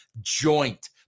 joint